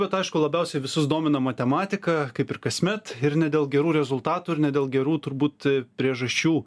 bet aišku labiausiai visus domina matematika kaip ir kasmet ir ne dėl gerų rezultatų ir ne dėl gerų turbūt priežasčių